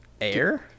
air